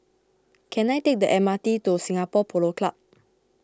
can I take the M R T to Singapore Polo Club